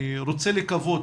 אני רוצה לקוות